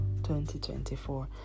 2024